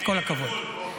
כל הכבוד.